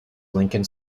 lincoln